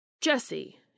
Jesse